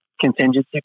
contingency